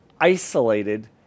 isolated